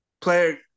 Player